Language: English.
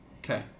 Okay